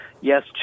yes